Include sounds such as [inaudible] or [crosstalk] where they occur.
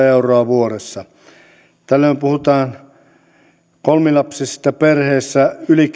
[unintelligible] euroa vuodessa tällöin puhutaan kolmilapsisissa perheissä yli [unintelligible]